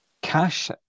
Cash